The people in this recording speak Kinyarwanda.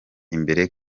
imbere